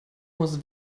muss